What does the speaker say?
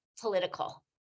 political